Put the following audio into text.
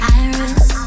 iris